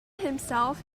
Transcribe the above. himself